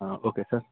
okay sir